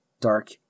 Dark